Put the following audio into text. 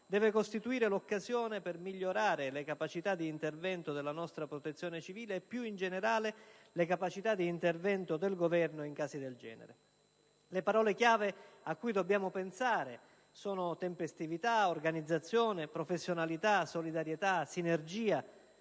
deve costituire l'occasione per migliorare le capacità di intervento della nostra protezione civile e, più in generale, le capacità di intervento del Governo in casi del genere. Le parole chiave a cui dobbiamo pensare sono: tempestività, organizzazione, professionalità, solidarietà, sinergia,